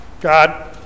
God